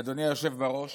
אדוני היושב-ראש,